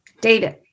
David